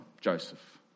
Joseph